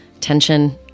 Tension